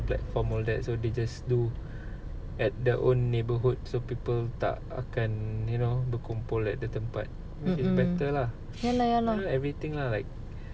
mm mm ya lah ya lah